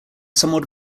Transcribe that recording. somewhat